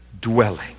dwelling